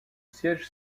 siège